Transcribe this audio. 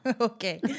Okay